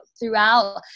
throughout